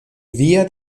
via